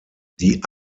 die